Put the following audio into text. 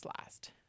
last